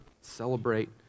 celebrate